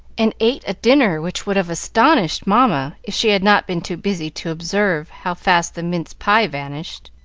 and ate a dinner which would have astonished mamma, if she had not been too busy to observe how fast the mince pie vanished.